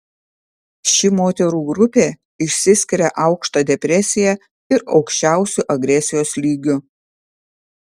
ši moterų grupė išsiskiria aukšta depresija ir aukščiausiu agresijos lygiu